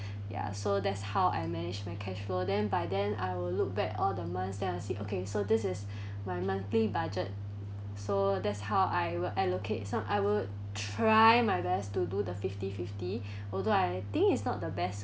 ya so that's how I managed my cash flow then by then I will look back all the months then I see okay so this is my monthly budget so that's how I will allocate some I will try my best to do the fifty fifty although I think it's not the best